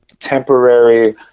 temporary